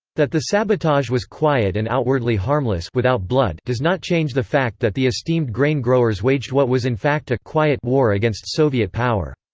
that the sabotage was quiet and outwardly harmless but does not change the fact that the esteemed grain-growers waged what was in fact a quiet war against soviet power.